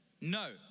No